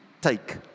take